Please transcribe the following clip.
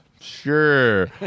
sure